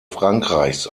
frankreichs